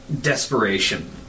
desperation